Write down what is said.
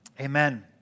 Amen